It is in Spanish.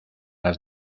las